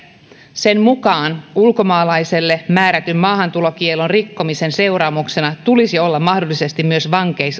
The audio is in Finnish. sen mukaan ulkomaalaiselle määrätyn maahantulokiellon rikkomisen seuraamuksena tulisi olla mahdollisesti myös